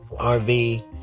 RV